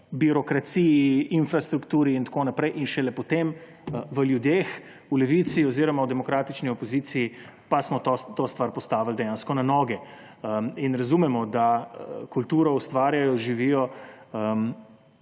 birokraciji, infrastrukturi in tako naprej in šele potem v ljudeh. V Levici oziroma demokratični opoziciji pa smo to stvar postavili dejansko na noge in razumemo, da kulturo ustvarjajo, živijo